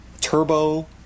turbo